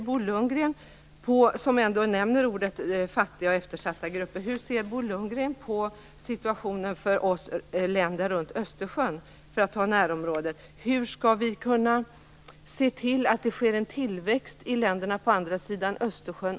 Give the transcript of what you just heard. Bo Lundgren talar om fattiga och eftersatta grupper. Hur ser Bo Lundgren på situationen när det gäller länder runt Östersjön - om vi skall prata om närområden? Hur skall vi kunna se till att det sker en tillväxt i länderna på andra sidan Östersjön?